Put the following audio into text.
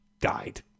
died